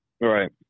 Right